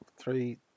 three